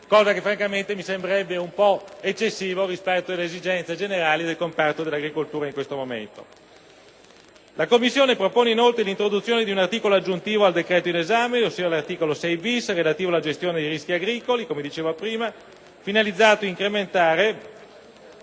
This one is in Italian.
cosa che francamente mi sembrerebbe un po' eccessiva rispetto alle esigenze generali del comparto dell'agricoltura in questo momento. La Commissione propone inoltre l'introduzione di un articolo aggiuntivo al decreto in esame, ossia l'articolo 6-*bis*, relativo alla gestione dei rischi agricoli (come dicevo in precedenza), finalizzato ad incrementare